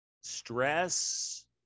stress